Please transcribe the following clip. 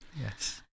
Yes